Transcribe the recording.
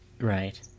Right